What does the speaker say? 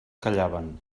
callaven